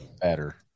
better